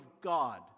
God